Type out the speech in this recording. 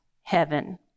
heaven